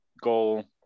goal